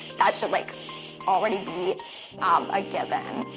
that should like already be a given.